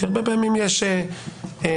כי יש פה